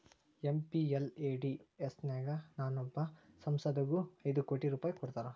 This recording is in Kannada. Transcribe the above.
ಎಂ.ಪಿ.ಎಲ್.ಎ.ಡಿ.ಎಸ್ ನ್ಯಾಗ ಒಬ್ಬೊಬ್ಬ ಸಂಸದಗು ಐದು ಕೋಟಿ ರೂಪಾಯ್ ಕೊಡ್ತಾರಾ